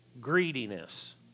greediness